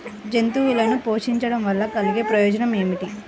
జంతువులను పోషించడం వల్ల కలిగే ప్రయోజనం ఏమిటీ?